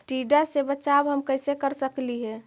टीडा से बचाव हम कैसे कर सकली हे?